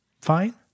Fine